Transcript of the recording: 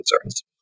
concerns